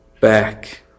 back